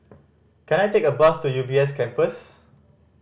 can I take a bus to U B S Campus